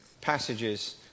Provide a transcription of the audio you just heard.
passages